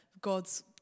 god's